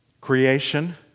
Creation